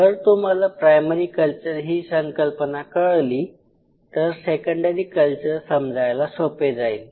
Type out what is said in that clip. जर तुम्हाला primary culture ही संकल्पना कळली तर सेकंडरी कल्चर समजायला सोपे जाईल